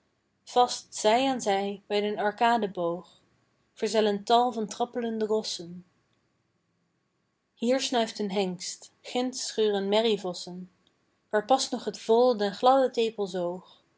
vast zij aan zij bij den arkadenboog verzellen tal van trappelende rossen hier snuift een hengst ginds schuren merrievossen waar pas nog t vool den gladden tepel